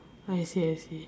I see I see